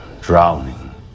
drowning